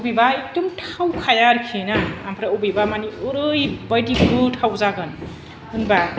अबेबा एकदम थावखाया आरिखि ना ओमफ्राय अबेबा मानि ओरैबायदि गोथाव जागोन होमबा